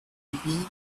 gebiete